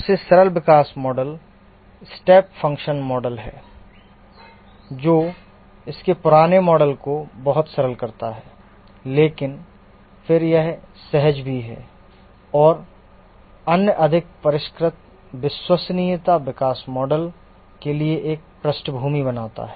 सबसे सरल विकास मॉडल स्टेप फंक्शन मॉडल है जो इसके पुराने मॉडल को बहुत सरल करता है लेकिन फिर यह सहज भी है और अन्य अधिक परिष्कृत विश्वसनीयता विकास मॉडल के लिए एक पृष्ठभूमि बनाता है